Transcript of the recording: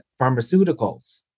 pharmaceuticals